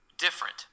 different